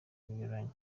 binyuranye